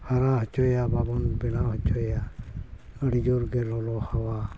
ᱦᱟᱨᱟ ᱦᱚᱪᱚᱭᱟ ᱵᱟᱵᱚᱱ ᱵᱮᱱᱟᱣ ᱦᱚᱪᱚᱭᱟ ᱟᱹᱰᱤ ᱡᱳᱨᱜᱮ ᱞᱚᱞᱚ ᱦᱟᱣᱟ